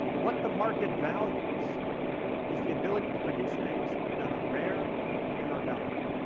what the market values is the ability to produce things that are rare and are valuable.